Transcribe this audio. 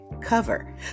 cover